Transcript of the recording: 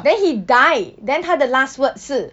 then he died then 他的 last word 是